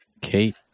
Kate